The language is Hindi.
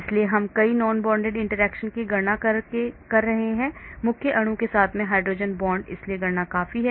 इसलिए हम कई non bonded interactions की गणना कर रहे हैं मुख्य अणु के साथ हाइड्रोजन बांड इसलिए गणना काफी हैं